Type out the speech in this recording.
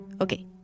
Okay